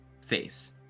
face